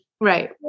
Right